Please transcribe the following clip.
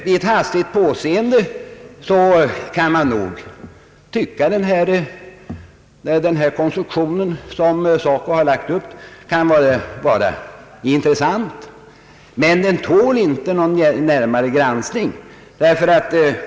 Vid ett hastigt påseende kan man nog tycka att den konstruktion som SACO har lagt upp kan vara intressant, men den tål inte någon närmare granskning.